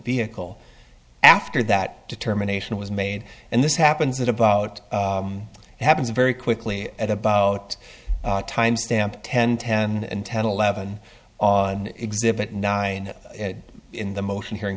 vehicle after that determination was made and this happens about happens very quickly at about time stamped ten ten ten eleven on exhibit nine in the motion hearing